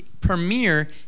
premiere